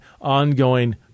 ongoing